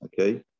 okay